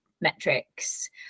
metrics